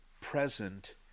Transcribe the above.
present